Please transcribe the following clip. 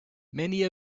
many